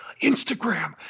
Instagram